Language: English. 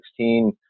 2016